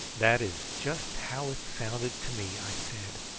that is just how it sounded to me, i said,